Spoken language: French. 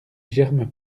germent